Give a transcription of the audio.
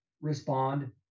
respond